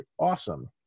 awesome